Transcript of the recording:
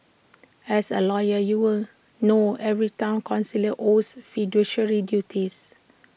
as A lawyer you will know every Town councillor owes fiduciary duties